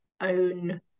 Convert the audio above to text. own